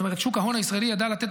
זאת אומרת שוק ההון הישראלי ידע לתת